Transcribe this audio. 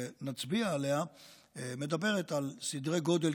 נצביע עליה מדברת על סדרי גודל,